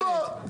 אז בוא,